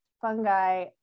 fungi